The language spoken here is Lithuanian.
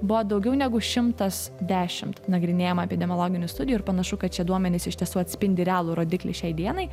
buvo daugiau negu šimtas dešimt nagrinėjama epidemiologinių studijų ir panašu kad šie duomenys iš tiesų atspindi realų rodiklį šiai dienai